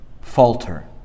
falter